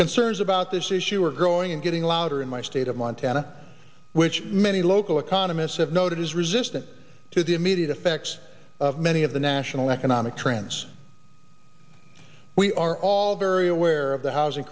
concerns about this issue are growing and getting louder in my state of montana which many local economists have noted is resistant to the immediate effects of many of the national economic trends we are all very aware of the housing